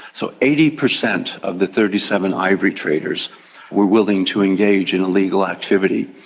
so eighty percent of the thirty seven ivory traders were willing to engage in illegal activity,